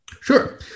Sure